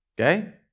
Okay